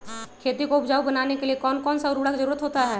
खेती को उपजाऊ बनाने के लिए कौन कौन सा उर्वरक जरुरत होता हैं?